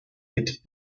ritt